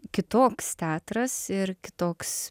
kitoks teatras ir kitoks